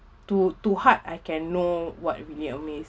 to to heart I can know what really amaze